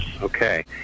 Okay